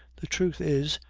the truth is,